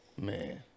Man